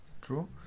true